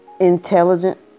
intelligent